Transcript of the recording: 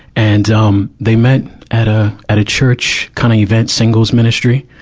and, um, they met at a, at a church kinda event, singles ministry.